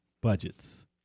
budgets